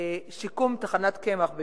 שיקום תחנת קמח בפקיעין,